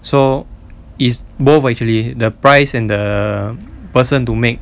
so is both actually the price and the person to make